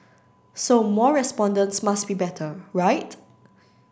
so more respondents must be better right